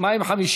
מה עם 50?